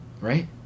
Right